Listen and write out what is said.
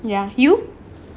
ya you